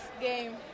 game